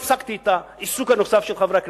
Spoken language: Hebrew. הפסקתי את העיסוק הנוסף של חברי הכנסת,